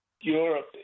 Europe